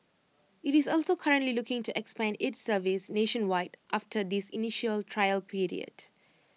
IT is also currently looking to expand its service nationwide after this initial trial